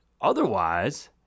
Otherwise